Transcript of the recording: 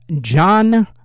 John